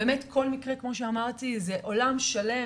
באמת כל מקרה כמו שאמרתי זה עולם שלם,